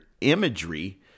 imagery